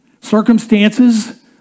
Circumstances